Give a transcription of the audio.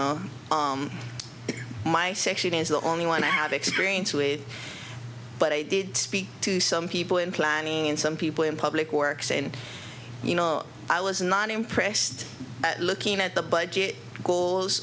is the only one i have experience with but i did speak to some people in planning and some people in public works and you know i was not impressed looking at the budget goals